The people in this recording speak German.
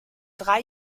drei